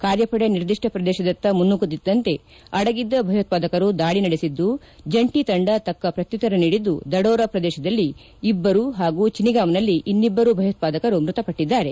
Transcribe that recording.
ಕಾರ್ಯಪಡೆ ನಿರ್ದಿಷ್ಟ ಪ್ರದೇಶದತ್ತ ಮುನ್ನುಗ್ಗುತ್ತಿದ್ದಂತೆ ಅಡಗಿದ್ದ ಭಯೋತ್ಪಾದಕರು ದಾಳಿ ನಡೆಸಿದ್ದು ಜಂಟಿ ತಂಡ ತಕ್ಕ ಪ್ರಕುತ್ತರ ನೀಡಿದ್ದು ದಡೋರ ಪ್ರದೇಶದಲ್ಲಿ ಇಬ್ಬರು ಪಾಗೂ ಚಿನಿಗಾಂವ್ನಲ್ಲಿ ಇನ್ನಿಬ್ಬರು ಭಯೋತ್ಪಾದಕರು ಮೃತಪಟ್ಟದ್ದಾರೆ